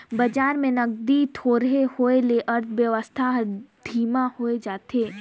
बजार में नगदी थोरहें होए ले अर्थबेवस्था हर धीमा होए जाथे